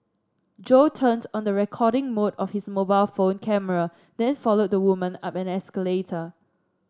Jo turned on the recording mode of his mobile phone camera then followed the woman up an escalator